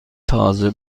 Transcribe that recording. تازه